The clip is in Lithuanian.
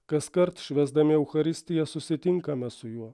kaskart švęsdami eucharistiją susitinkame su juo